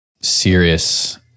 serious